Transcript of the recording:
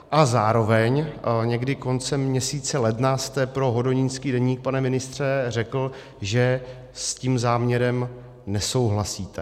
A zároveň někdy koncem měsíce ledna jste pro Hodonínský deník, pane ministře, řekl, že s tím záměrem nesouhlasíte.